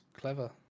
clever